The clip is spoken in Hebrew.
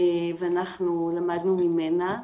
ואנחנו למדנו ממנה.